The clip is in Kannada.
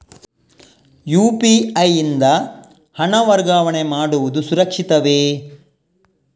ಯು.ಪಿ.ಐ ಯಿಂದ ಹಣ ವರ್ಗಾವಣೆ ಮಾಡುವುದು ಸುರಕ್ಷಿತವೇ?